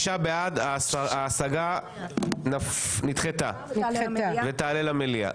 ההשגה נדחתה ותעלה למליאה.